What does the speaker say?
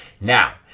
Now